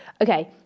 okay